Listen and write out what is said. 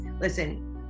listen